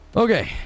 okay